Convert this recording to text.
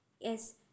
Yes